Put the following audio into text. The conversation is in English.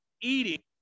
eating